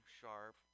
sharp